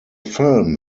film